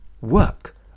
work